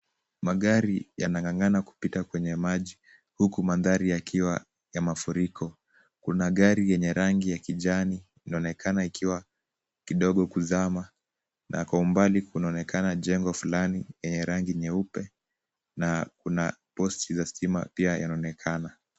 Magari yanang'ang'ana kupita kwenye maji, huku mandhari yakiwa ya mafuriko. Kuna gari yenye rangi ya kijani, inaonekana ikiwa kidogo kuzama na kwa umbali kunaonekana jengo fulani, yenye rangi nyeupe na kuna post za stima pia yanaonekana.